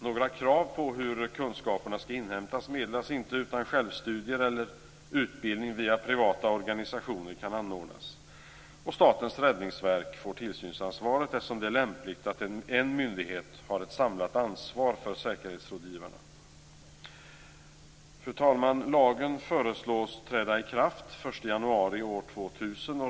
Några krav på hur kunskaperna skall inhämtas meddelas inte, utan självstudier eller utbildning via privata organisationer kan anordnas. Statens räddningsverk får tillsynsansvaret eftersom det är lämpligt att en myndighet har ett samlat ansvar för säkerhetsrådgivarna. Fru talman! Lagen föreslås träda i kraft den 1 januari år 2000.